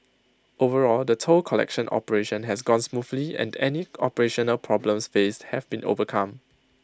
overall the toll collection operation has gone smoothly and any operational problems faced have been overcome